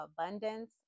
Abundance